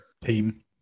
team